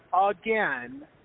again